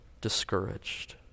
discouraged